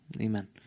amen